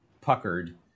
puckered